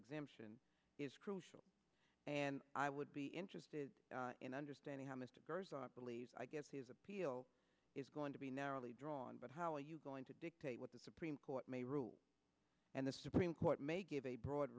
exemption is crucial and i would be interested in understanding how mr appeal is going to be narrowly drawn but how are you going to dictate what the supreme court may rule and the supreme court may give a broad